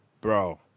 bro